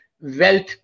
wealth